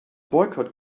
boycott